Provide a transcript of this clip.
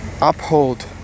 uphold